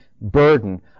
burden